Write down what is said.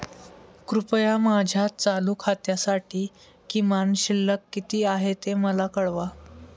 कृपया माझ्या चालू खात्यासाठी किमान शिल्लक किती आहे ते मला कळवा